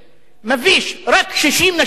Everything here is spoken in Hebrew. רק 60 נשים דרוזיות מועסקות